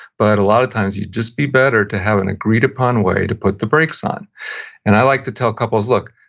but a lot of times you'd just be better to have an agreed upon way to put the brakes on and i like to tell couples, look,